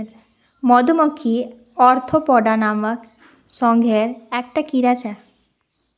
मधुमक्खी ओर्थोपोडा नामक संघेर एक टा कीड़ा छे